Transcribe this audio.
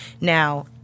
Now